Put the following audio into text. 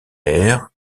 ère